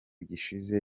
gishize